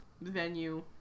venue